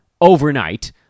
overnight